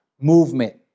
movement